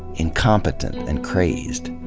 incompetent, and crazed.